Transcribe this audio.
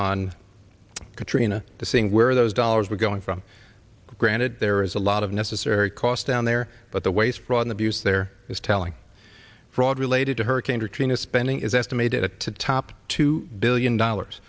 on katrina to seeing where those dollars were going from granted there is a lot of necessary cost down there but the waste fraud and abuse there is telling fraud related to hurricane katrina spending is estimated to top two billion dollars